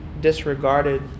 disregarded